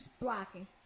blocking